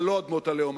אבל לא אדמות הלאום.